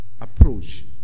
approach